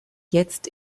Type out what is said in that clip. jetzt